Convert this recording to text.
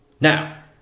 Now